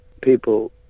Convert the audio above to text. people